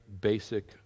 basic